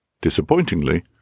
Disappointingly